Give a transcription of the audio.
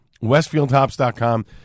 WestfieldHops.com